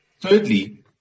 Thirdly